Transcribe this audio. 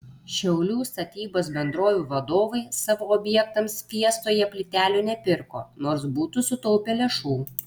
šiaulių statybos bendrovių vadovai savo objektams fiestoje plytelių nepirko nors būtų sutaupę lėšų